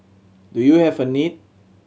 do you have a need